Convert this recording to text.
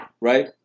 Right